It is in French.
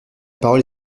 parole